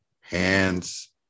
hands